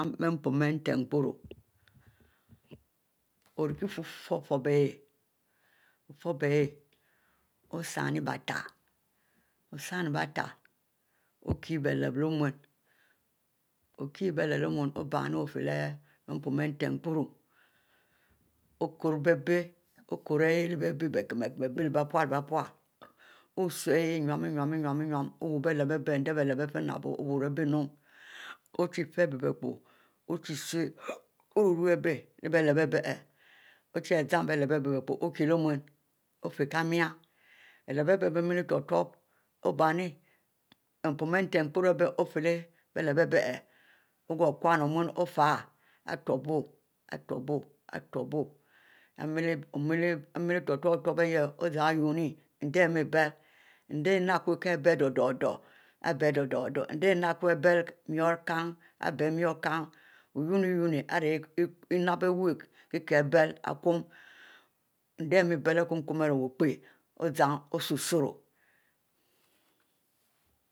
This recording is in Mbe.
Bie poon entehpru ori kie fup-fupre ihieh, ofup ayeh osinn bie tale, osinn bietale okie bielep leh omun obinne ofie leh bie opoon enreh pru okuru, bie bie leh bie bekinri-kinn, osuieh enu-enu owuro bie lep abie nue ofie fie ari bie epo okie leh omun ofie kiemai obenne bie poon enfeh pru leh lep ihieh ogoh ofieh ari utobo-utob ari miele utob-utob ozan unne-endich ari mie biele endich enaoku ibie boubuo eh endich inap kwu ari bie kinn ari biele ouin ouin ari inap wu ikum endich ari mie biele irieh upe